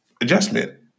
adjustment